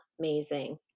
amazing